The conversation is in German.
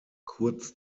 kurz